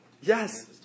Yes